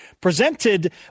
presented